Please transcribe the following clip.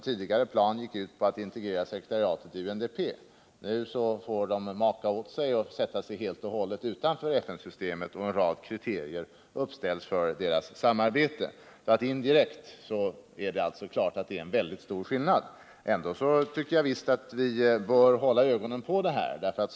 Sedan avsåg man att integrera sekretariatet i UNDP. Nu får ICD maka åt sig och stå helt utanför FN-systemet. Det uppställs vidare en rad kriterier för samarbetet. Indirekt är det alltså klart att det är en mycket stor skillnad. Jag tycker emellertid ändå att vi visst bör hålla ögonen på denna aspekt.